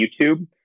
YouTube